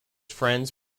friends